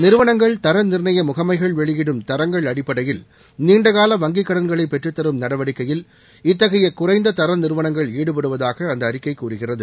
நிறுவனங்கள் தர நிர்ணய முகனமகள் வெளியிடும் தரங்கள் அடிப்படையில் நீண்டகால வங்கிக் கடன்களை பெற்றுத்தரும் நடவடிக்கையில் இத்தகைய குறைந்த தர நிறுவனங்கள் ஈடுபடுவதாக அந்த அறிக்கை கூறுகிறது